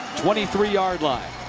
twenty three yard line.